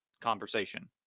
conversation